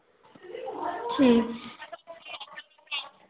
ठीक